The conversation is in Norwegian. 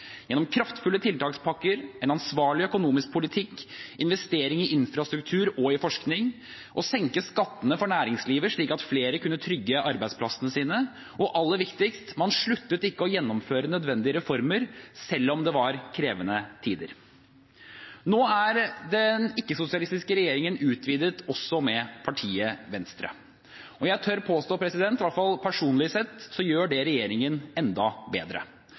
gjennom kraftfulle tiltakspakker, en ansvarlig økonomisk politikk, investering i infrastruktur og i forskning, gjennom å senke skattene for næringslivet, slik at flere kunne trygge arbeidsplassene sine, og aller viktigst: Man sluttet ikke å gjennomføre nødvendige reformer selv om det var krevende tider. Nå er den ikke-sosialistiske regjeringen utvidet med partiet Venstre. Jeg tør påstå, i hvert fall personlig sett, at det gjør regjeringen enda bedre.